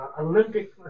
Olympic